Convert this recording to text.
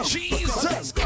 Jesus